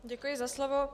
Děkuji za slovo.